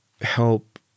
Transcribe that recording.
help